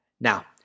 Now